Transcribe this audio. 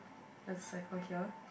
there's cipher here